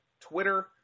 Twitter